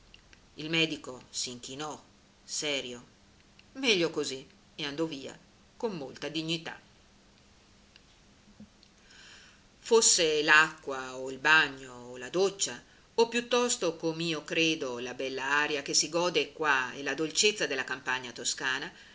il medico s'inchinò serio meglio così e andò via con molta dignità fosse l'acqua o il bagno o la doccia o piuttosto com'io credo la bella aria che si gode qua e la dolcezza della campagna toscana